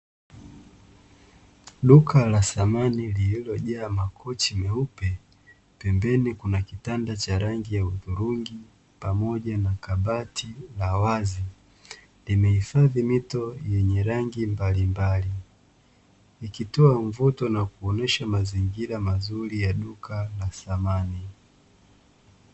Duka la samani lililojaa makochi meupe pembeni kuna kitanda cha rangi ya udhurungi pamoja na kabati la wazi, limehifadhi mito yenye rangi mbalimbali. Ikitoa mvuto na kuonyesha mazingira mazuri ya duka la samani.